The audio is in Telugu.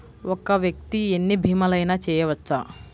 ఒక్క వ్యక్తి ఎన్ని భీమలయినా చేయవచ్చా?